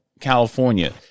California